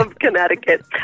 Connecticut